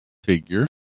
Figure